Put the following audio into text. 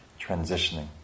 transitioning